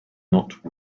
not